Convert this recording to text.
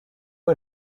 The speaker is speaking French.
est